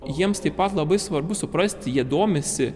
jiems taip pat labai svarbu suprasti jie domisi